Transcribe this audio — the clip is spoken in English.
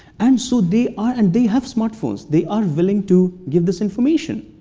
and so they are and they have smart phones. they are willing to give this information.